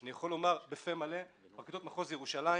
אני יכול לומר בפה מלא שפרקליטות מחוז ירושלים